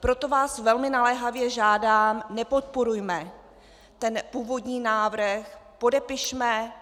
Proto vás velmi naléhavě žádám, nepodporujme ten původní návrh, podepišme